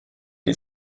die